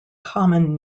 common